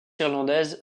irlandaise